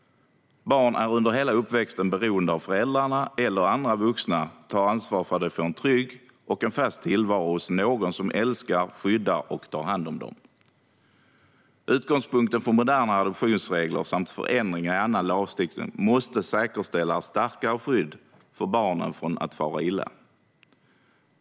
Barn är under hela uppväxten beroende av att föräldrarna eller andra vuxna tar ansvar för att de får en trygg och fast tillvaro hos någon som älskar, skyddar och tar hand om dem. Utgångspunkten för modernare adoptionsregler och för förändringar i annan lagstiftning måste säkerställa starkare skydd för barn mot att fara illa.